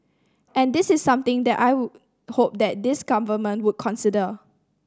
and this is something that I would hope that this Government would consider